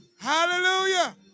hallelujah